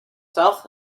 south